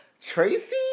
Tracy